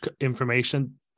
information